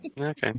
Okay